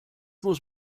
muss